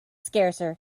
scarcer